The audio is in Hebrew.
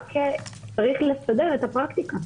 רק צריך לסדר את הפרקטיקה,